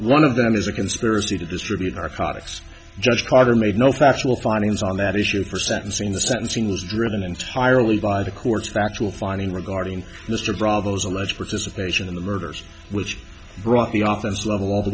one of them is a conspiracy to distribute our products judge carter made no factual findings on that issue for sentencing the sentencing was driven entirely by the court's factual finding regarding mr bravos alleged participation in the murders which brought the office level all the